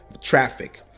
traffic